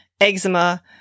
eczema